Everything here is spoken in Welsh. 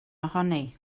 ohoni